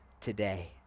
today